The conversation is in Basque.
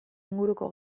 inguruko